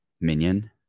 minion